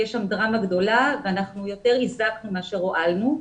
תהיה שם דרמה גדולה ובכך יותר הזקנו מאשר הועלנו.